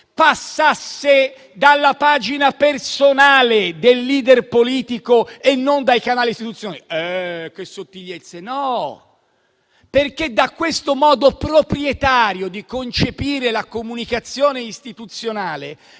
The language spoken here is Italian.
passasse dalla pagina personale del *leader* politico e non dai canali istituzionali? Che sottigliezze, mi si risponderà. Invece no! Perché da questo modo proprietario di concepire la comunicazione istituzionale,